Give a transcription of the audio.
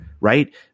right